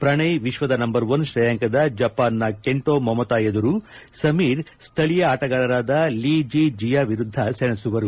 ಪ್ರಣಯ್ ವಿಶ್ವದ number one ಶ್ರೇಯಾಂಕದ ಜಪಾನ್ನ ಕೆಂಟೊ ಮೊಮತ ಎದುರು ಸಮೀರ್ ಸ್ಡಳೀಯ ಆಟಗಾರರಾದ ಲಿ ಜಿ ಜಿಯಾ ವಿರುದ್ದ ಸೆಣಸುವರು